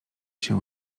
się